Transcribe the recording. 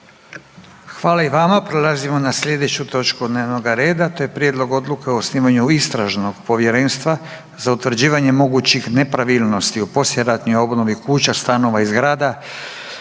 dakle 76. Dajem na glasovanje prijedlog Odluke o osnivanju istražnog povjerenstva za utvrđivanje mogućih nepravilnosti u poslijeratnoj obnovi kuća, stanova i zgrada